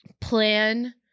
plan